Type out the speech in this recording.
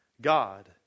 God